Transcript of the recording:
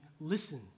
listen